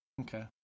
Okay